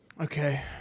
Okay